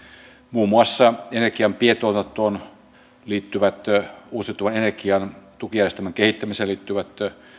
muun muassa energian pientuotantoon liittyvät uusiutuvan energian tukijärjestelmän kehittämiseen liittyvät